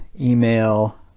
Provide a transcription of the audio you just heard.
email